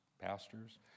pastors